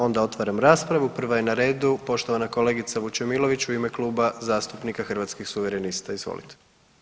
Onda otvaram raspravu, prva je na redu poštovana kolegica Vučemilović u ime Kluba zastupnika Hrvatskih suverenista, izvolite.